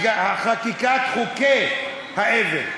מה, זה נראה לך, חקיקת חוקי האבן,